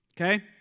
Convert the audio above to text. Okay